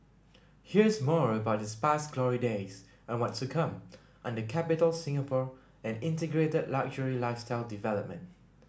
here's more about its past glory days and what's to come under Capitol Singapore an integrated luxury lifestyle development